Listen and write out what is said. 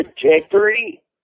trajectory